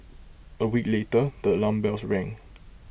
A week later the alarm bells rang